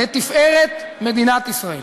לתפארת מדינת ישראל.